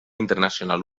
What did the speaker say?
internacional